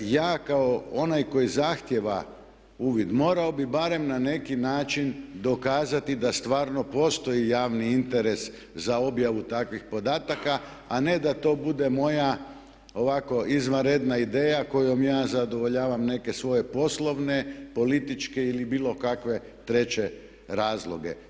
Ja kao onaj koji zahtijeva uvid morao bi barem na neki način dokazati da stvarno postoji javni interes za objavu takvih podataka, a ne da to bude moja ovako izvanredna ideja kojom ja zadovoljavam neke svoje poslovne, političke ili bilo kakve treće razloge.